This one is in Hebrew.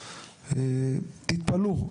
תתפלאו,